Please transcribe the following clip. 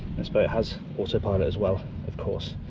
this boat has autopilot as well of course,